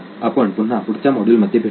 आपण पुन्हा पुढच्या मॉड्युल मध्ये भेटूयात